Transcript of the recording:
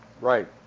Right